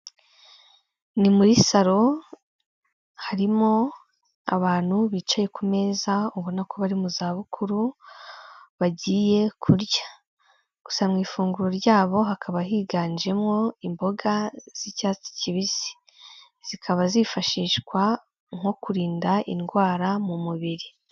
Ni muri salo harimo abantu bicaye ku meza ubona ko bari mu za bukuru bagiye kurya, gusa mu ifunguro ryabo hakaba higanjemo imboga z'icyatsi kibisi, zikaba zifashishwa nko kurinda indwara mu mubiri.